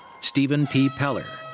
stephen p. peller.